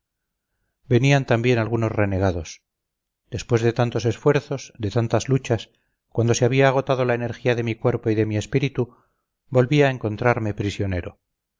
venían también algunos renegados después de tantos esfuerzos de tantas luchas cuando se había agotado la energía de mi cuerpo y de mi espíritu volvía a encontrarme prisionero